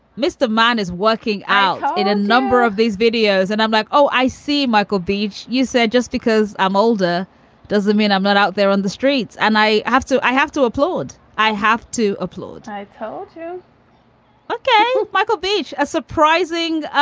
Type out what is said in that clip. most of mine is working out in a number of these videos. and i'm like, oh, i see. michael beach, you said just because i'm older doesn't mean i'm not out there on the streets. and i have to. i have to applaud. i have to applaud. i told you ok, michael beach, a surprising